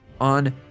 on